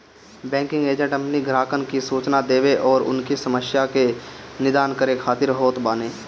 banking agent अपनी ग्राहकन के सूचना देवे अउरी उनकी समस्या के निदान करे खातिर होत बाने